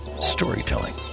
storytelling